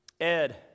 Ed